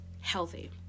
healthy